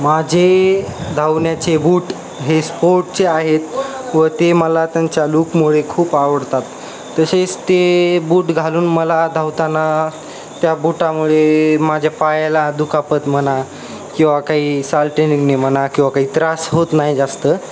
माझे धावण्याचे बूट हे स्पोर्टचे आहेत व ते मला त्यांच्या लूकमुळे खूप आवडतात तसेच ते बूट घालून मला धावताना त्या बूटामुळे माझ्या पायाला दुखापत म्हणा किंवा काही सालटे निघणे म्हणा किंवा काही त्रास होत नाही जास्त